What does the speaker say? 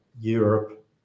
europe